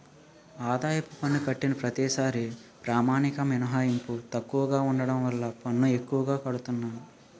ఆదాయపు పన్ను కట్టిన ప్రతిసారీ ప్రామాణిక మినహాయింపు తక్కువగా ఉండడం వల్ల పన్ను ఎక్కువగా కడతన్నాము